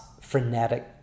frenetic